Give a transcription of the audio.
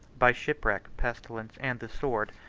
by shipwreck, pestilence, and the sword,